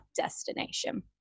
destination